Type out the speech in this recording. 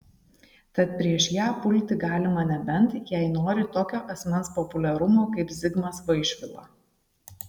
tad prieš ją pulti galima nebent jei nori tokio asmens populiarumo kaip zigmas vaišvila